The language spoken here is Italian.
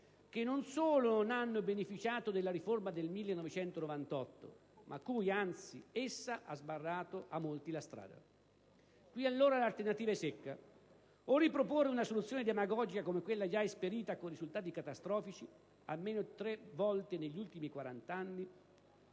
che non solo non hanno beneficiato della riforma del 1998, ma cui anzi essa ha sbarrato la strada. Qui, allora, l'alternativa è secca: o riproporre una soluzione demagogica come quella già esperita, con risultati catastrofici, almeno tre volte negli ultimi quarant'anni,